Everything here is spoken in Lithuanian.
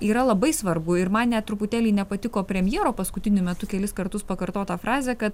yra labai svarbu ir man net truputėlį nepatiko premjero paskutiniu metu kelis kartus pakartota frazė kad